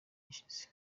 gishize